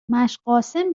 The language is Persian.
مشقاسم